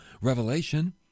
revelation